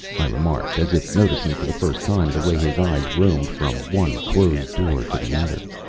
i remarked, as if noticing for the first time the way his eyes roamed from one closed door to the other.